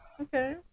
Okay